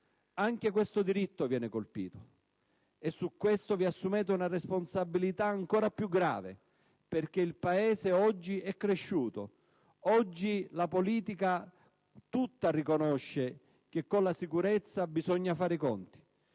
Anche questo diritto viene colpito, e al riguardo vi assumete una responsabilità ancora più grave, perché il Paese oggi è cresciuto. Oggi tutta la politica riconosce che con la sicurezza bisogna fare i conti